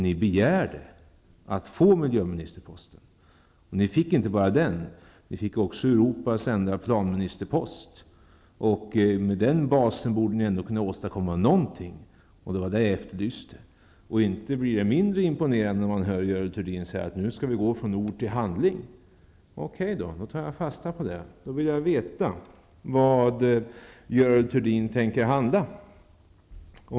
Ni begärde att få miljöministerposten, men ni fick inte bara den utan också Europas enda planministerpost. Med den basen borde ni kunna åstadkomma någonting, och det var det jag efterlyste. Det blir inte mera imponerande när Görel Thurdin säger att man nu skall gå från ord till handling. Okej, jag tar fasta på det, och jag vill då veta i vilka frågor hon tänker handla.